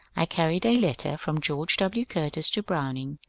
i carried a letter from george w. curtis to browning,